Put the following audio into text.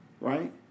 right